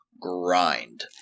grind